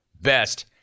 Best